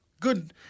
Good